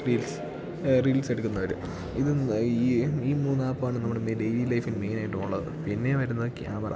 reels റീൽസെടുക്കുന്നവർ ഇത് ഈ ഈ മൂന്ന് ആപ്പാണ് നമ്മുടെ ഡെയ്ലി ലൈഫിൽ മെയിനായിട്ടുള്ളത് പിന്നെ വരുന്നത് ക്യാമറ